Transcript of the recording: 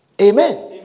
Amen